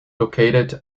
located